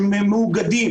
שמאוגדים